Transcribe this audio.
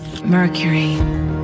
Mercury